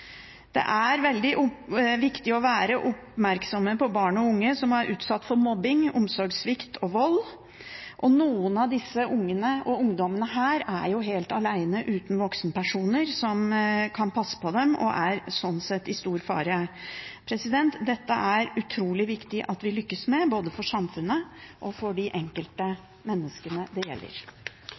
Det er veldig viktig å være oppmerksom på barn og unge som er utsatt for mobbing, omsorgssvikt og vold. Noen av disse ungene og ungdommene er helt alene, uten voksenpersoner som kan passe på dem, og er sånn sett i stor fare. Dette er det utrolig viktig at vi lykkes med, både for samfunnet og for de enkeltmenneskene det gjelder.